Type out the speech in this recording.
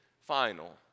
final